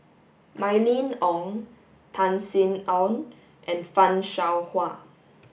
Mylene Ong Tan Sin Aun and Fan Shao Hua